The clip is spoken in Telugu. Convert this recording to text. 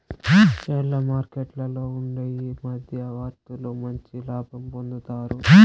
షేర్ల మార్కెట్లలో ఉండే ఈ మధ్యవర్తులు మంచి లాభం పొందుతారు